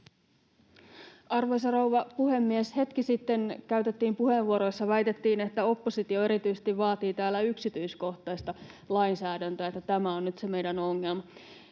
Arvoisa rouva puhemies! Hetki sitten käytettiin puheenvuoro, jossa väitettiin, että oppositio erityisesti vaatii yksityiskohtaista lainsäädäntöä, että tämä on nyt se meidän ongelmamme.